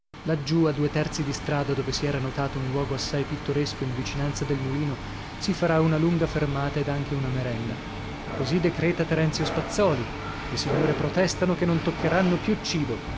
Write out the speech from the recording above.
laggiù a due terzi di strada dove si era notato un luogo assai pittoresco in vicinanza del mulino si farà una lunga fermata ed anche una merenda così decreta terenzio spazzòli le signore protestano che non toccheranno più cibo